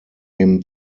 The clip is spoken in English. him